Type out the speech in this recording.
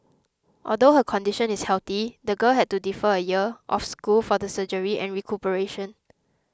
although her condition is healthy the girl had to defer a year of school for the surgery and recuperation